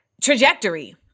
trajectory